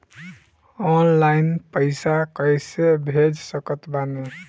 Online पैसा कैसे भेज सकत बानी?